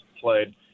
played